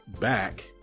back